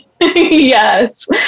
Yes